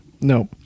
Nope